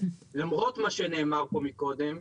למרות מה שנאמר פה קודם,